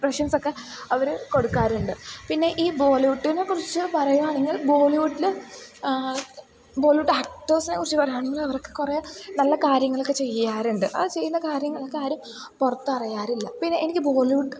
എക്സ്പ്രഷൻസൊക്കെ അവർ കൊടുക്കാറുണ്ട് പിന്നെ ഈ ബോളിവുഡിനെ കുറിച്ച് പറയുകയാണെങ്കിൽ ബോളിവുഡിൽ ബോളിവുഡ് ആക്ടേഴ്സിനെക്കുറിച്ച് പറയുകയാണെങ്കിൽ അവർക്ക് കുറേ നല്ല കാര്യങ്ങളൊക്കെ ചെയ്യാറുണ്ട് ആ ചെയ്യുന്ന കാര്യങ്ങളൊക്കെ ആരും പുറത്തറിയാറില്ല പിന്നെ എനിക്ക് ബോളിവുഡ്